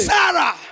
Sarah